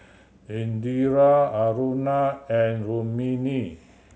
Indira Aruna and Rukmini